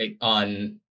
on